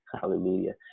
Hallelujah